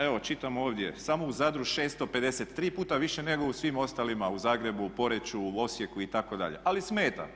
Evo čitam ovdje, samo u Zadru 650, 3 puta više nego u svim ostalima u Zagrebu, u Poreču, u Osijeku itd., ali smeta.